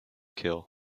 kill